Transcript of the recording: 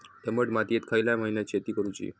दमट मातयेत खयल्या महिन्यात शेती करुची?